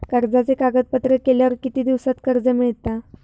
कर्जाचे कागदपत्र केल्यावर किती दिवसात कर्ज मिळता?